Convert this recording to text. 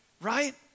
Right